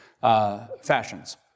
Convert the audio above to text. fashions